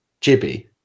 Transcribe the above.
Jibby